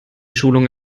schulung